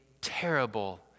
terrible